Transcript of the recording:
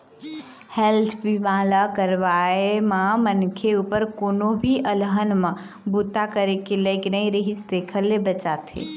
health बीमा ल करवाए म मनखे उपर कोनो भी अलहन म बूता करे के लइक नइ रिहिस तेखर ले बचाथे